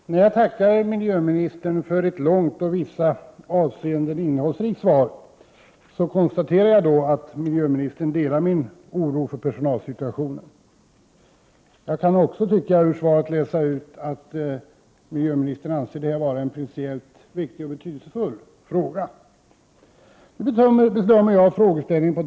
Herr talman! När jag tackar miljöministern för ett långt och i vissa avseenden innehållsrikt svar lägger jag däri in konstaterandet att miljöministern delar min oro för personalsituationen. Ur svaret tycker jag mig också kunna utläsa att miljöministern anser att det är en speciellt viktig och betydelsefull fråga.